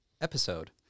episode